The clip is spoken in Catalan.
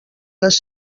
les